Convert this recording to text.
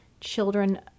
children